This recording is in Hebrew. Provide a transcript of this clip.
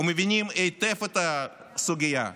ומבינים היטב את הסוגיה.